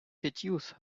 seduce